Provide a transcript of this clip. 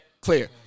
clear